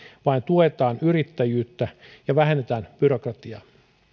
vaan että tuetaan yrittäjyyttä ja vähennetään byrokratiaa